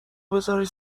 بزارش